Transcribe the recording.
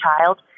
child